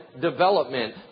development